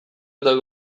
eta